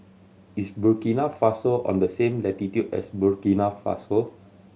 is Burkina Faso on the same latitude as Burkina Faso